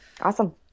Awesome